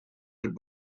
good